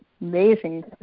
amazing